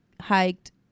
hiked